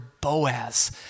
Boaz